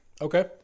Okay